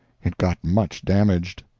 it got much damaged.